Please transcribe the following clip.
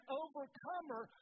overcomer